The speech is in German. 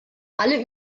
alle